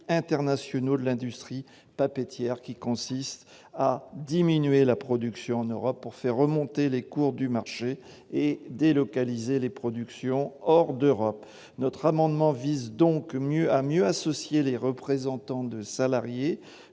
internationaux de l'industrie papetière, désireux de diminuer la production en Europe pour faire remonter les cours du marché et délocaliser les productions hors d'Europe. Notre amendement vise donc à mieux associer les représentants de salariés